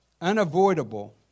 unavoidable